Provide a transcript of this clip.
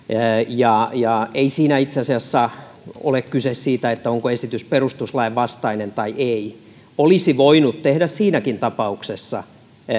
ei siinä itse asiassa ole kyse siitä onko esitys perustuslain vastainen tai ei olisi voinut tehdä siinäkin tapauksessa